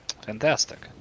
Fantastic